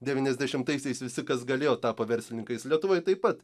devyniasdešimtaisiais visi kas galėjo tapo verslininkais lietuvoj taip pat